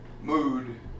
mood